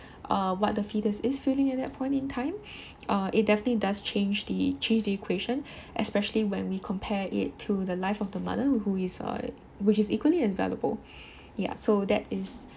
err what the fetus is feeling at that point in time uh it definitely does change the change the equation especially when we compare it to the life of the mother who is uh which is equally as valuable ya so that is